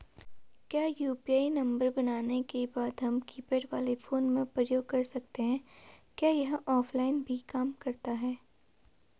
क्या UPI number बनाने के बाद हम कीपैड वाले फोन में प्रयोग कर सकते हैं क्या यह ऑफ़लाइन भी काम करता है?